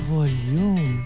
Volume